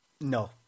No